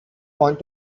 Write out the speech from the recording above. want